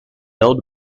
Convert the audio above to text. old